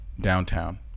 downtown